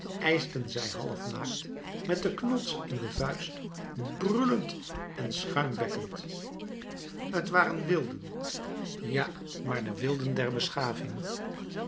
eischten zij half naakt met de knots in de vuist brullend en schuimbekkend t waren wilden ja maar de wilden der beschaving